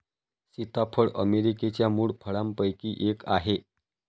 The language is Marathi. सीताफळ अमेरिकेच्या मूळ फळांपैकी एक आहे